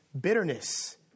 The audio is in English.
bitterness